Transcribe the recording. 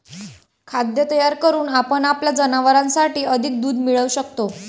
खाद्य तयार करून आपण आपल्या जनावरांसाठी अधिक दूध मिळवू शकतो